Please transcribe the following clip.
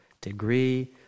degree